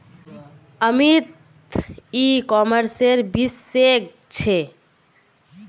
अमित ई कॉमर्सेर विशेषज्ञ छे